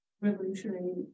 revolutionary